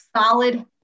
solid